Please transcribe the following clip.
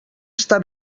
estar